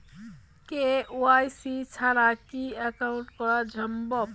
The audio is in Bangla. কে.ওয়াই.সি ছাড়া কি একাউন্ট করা সম্ভব?